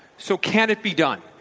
so can it be done?